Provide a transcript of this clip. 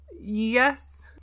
Yes